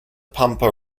pampa